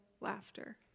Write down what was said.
laughter